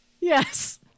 Yes